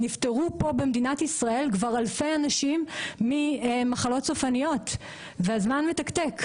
נפטרו פה במדינת ישראל כבר אלפי אנשים ממחלות סופניות והזמן מתקתק.